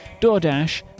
DoorDash